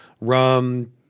rum